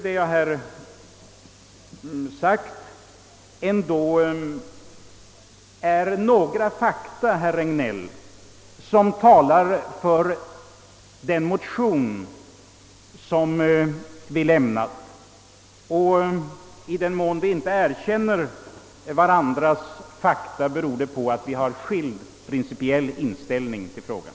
Det jag här framhållit utgör ändå, herr Regnéll, några fakta som talar för den motion som vi lämnat. I den mån vi inte erkänner varandras fakta beror det på att vi har olika principiell inställning i frågan.